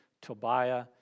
Tobiah